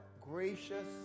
gracious